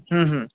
हं हं